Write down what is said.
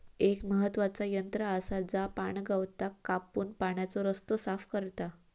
एक महत्त्वाचा यंत्र आसा जा पाणगवताक कापून पाण्याचो रस्तो साफ करता